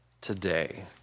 today